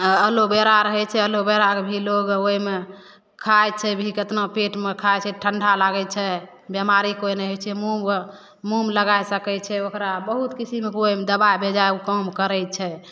अलोबेरा रहै छै अलोबेरा के भी लोग ओइमे खाइ छै भी केतना पेट मऽ खाइ छै ठंडा लागै छै बेमारी कोइ नै होइ छै मुँह मुँह मे लगाय सकै छै ओकरा बहुत किसीम के ओइमे दवाइ बेजाए ऊ काम करै छै